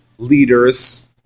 Leaders